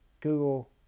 Google